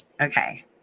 Okay